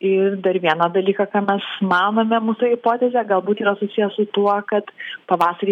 ir dar vieną dalyką ką mes manome mūsų hipotezė galbūt yra susiję su tuo kad pavasarį